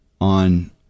on